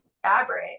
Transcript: fabric